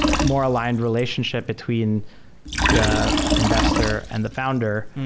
more aligned relationship between the investor and the founder.